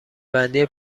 بندی